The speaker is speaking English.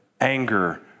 anger